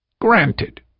Granted